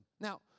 Now